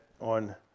on